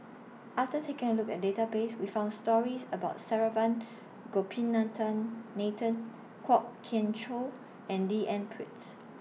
after taking A Look At The Database We found stories about Saravanan Gopinathan Kwok Kian Chow and D N Pritt